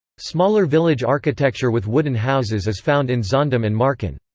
smaller village architecture with wooden houses is found in zaandam and marken.